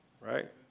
right